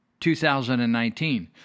2019